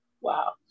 Wow